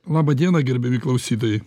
labą dieną gerbiami klausytojai